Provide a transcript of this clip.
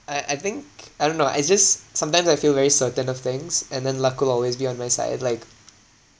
I I think I don't know I just sometimes I feel very certain of things and then luck will always be on my side like